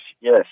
yes